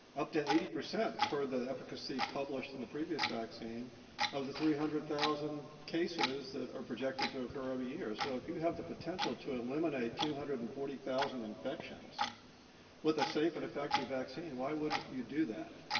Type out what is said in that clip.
up to eighty percent per the efficacy published in the previous vaccine of the three hundred thousand cases that are projected to occur every year. so if you have the potential to eliminate two hundred and forty thousand infections with a safe and effective vaccine, why wouldn't you do that?